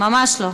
ממש לא.